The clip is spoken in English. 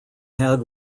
had